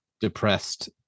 depressed